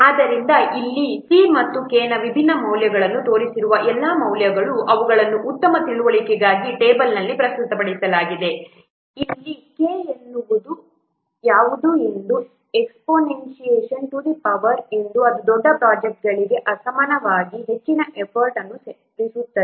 ಆದ್ದರಿಂದ ನಾನು ಇಲ್ಲಿ c ಮತ್ತು k ನ ವಿಭಿನ್ನ ಮೌಲ್ಯಗಳನ್ನು ತೋರಿಸಿರುವ ಎಲ್ಲಾ ಮೌಲ್ಯಗಳು ಅವುಗಳನ್ನು ಉತ್ತಮ ತಿಳುವಳಿಕೆಗಾಗಿ ಟೇಬಲ್ನಲ್ಲಿ ಪ್ರಸ್ತುತಪಡಿಸಲಾಗಿದೆ ಇಲ್ಲಿ k ಎನ್ನುವುದು ಯಾವುದೋ ಒಂದು exponential to the power of ಅದು ದೊಡ್ಡ ಪ್ರೊಜೆಕ್ಟ್ಗಳಿಗೆ ಅಸಮಾನವಾಗಿ ಹೆಚ್ಚಿನ ಎಫರ್ಟ್ ಅನ್ನು ಸೇರಿಸುತ್ತದೆ